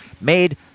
made